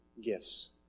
gifts